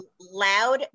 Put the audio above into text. Loud